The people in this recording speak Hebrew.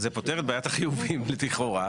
זה פותר את בעיית החיובים, לכאורה.